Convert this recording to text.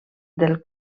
del